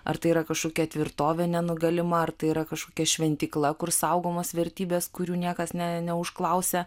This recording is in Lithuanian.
ar tai yra kažkokia tvirtovė nenugalima ar tai yra kažkokia šventykla kur saugomos vertybės kurių niekas ne neužklausia